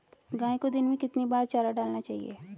गाय को दिन में कितनी बार चारा डालना चाहिए?